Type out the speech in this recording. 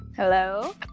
Hello